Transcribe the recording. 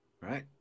right